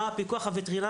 מה עושה הפיקוח הווטרינרי.